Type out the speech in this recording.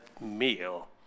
meal